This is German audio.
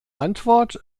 antwort